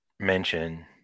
mention